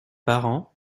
parents